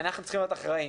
אנחנו צריכים להיות אחראיים.